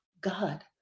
God